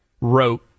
wrote